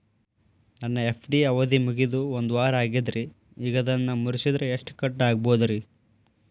ನನ್ನ ಎಫ್.ಡಿ ಅವಧಿ ಮುಗಿದು ಒಂದವಾರ ಆಗೇದ್ರಿ ಈಗ ಅದನ್ನ ಮುರಿಸಿದ್ರ ಎಷ್ಟ ಕಟ್ ಆಗ್ಬೋದ್ರಿ?